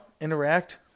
interact